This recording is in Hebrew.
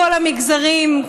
כל המגזרים,